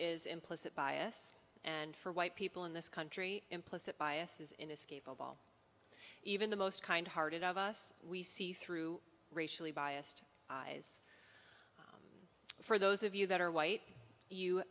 is implicit bias and for white people in this country implicit bias is inescapable even the most kind hearted of us we see through racially biased eyes for those of you that are white